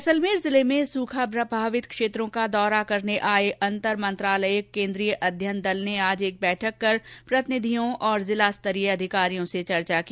जैसलमेर जिले में सुखा प्रभावित क्षेत्रों का दौरा करने आए अंतर मंत्रालयिक केंद्रीय अध्ययन दल ने आज एक बैठक कर प्रतिनिधियों और जिलास्तरीय अधिकारियों से चर्चा की